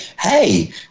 hey